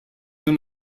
nun